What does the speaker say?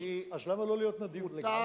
אז למה לא להיות נדיב עד הסוף?